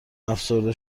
افسرده